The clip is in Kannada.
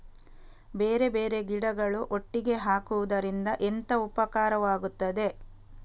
ಬೇರೆ ಬೇರೆ ಗಿಡಗಳು ಒಟ್ಟಿಗೆ ಹಾಕುದರಿಂದ ಎಂತ ಉಪಕಾರವಾಗುತ್ತದೆ?